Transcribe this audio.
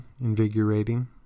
invigorating